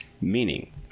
Meaning